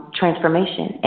transformation